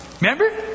Remember